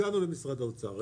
הגענו למשרד האוצר.